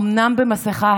אומנם במסכה,